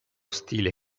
stile